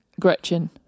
gretchen